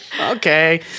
Okay